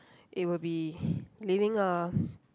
it will be living a